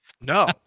No